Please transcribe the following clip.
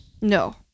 No